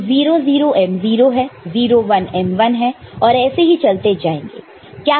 तो 0 0 M0 है 0 1 M1 है और ऐसे ही चलते जाएंगे